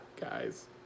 guys